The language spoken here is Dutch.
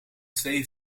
twee